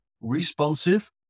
responsive